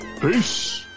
Peace